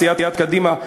סיעת קדימה,